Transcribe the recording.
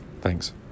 thanks